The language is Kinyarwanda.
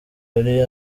yari